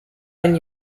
when